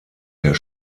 der